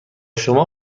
شما